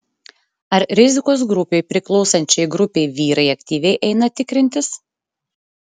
ar rizikos grupei priklausančiai grupei vyrai aktyviai eina tikrintis